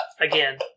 again